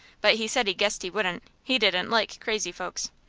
but he said he guessed he wouldn't he didn't like crazy folks.